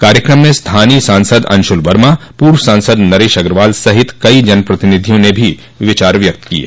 कार्यक्रम में स्थानीय सांसद अंशुल वर्मा पूर्व सांसद नरेश अग्रवाल सहित कई जन प्रतिनिधियों ने भी विचार व्यक्त किये